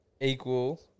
Equal